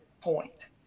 point